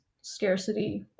scarcity